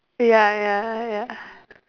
ya ya ya